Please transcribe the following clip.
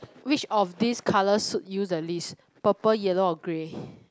which of these colour suit you the least purple yellow or grey